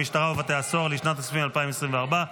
כהצעת הוועדה,